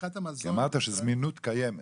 אמרת שזמינות קיימת.